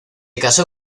casó